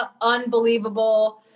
Unbelievable